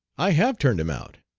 i have turned him out,